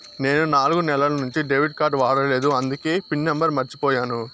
నేను నాలుగు నెలల నుంచి డెబిట్ కార్డ్ వాడలేదు అందికే పిన్ నెంబర్ మర్చిపోయాను